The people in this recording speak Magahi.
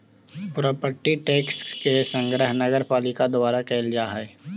प्रोपर्टी टैक्स के संग्रह नगरपालिका द्वारा कैल जा हई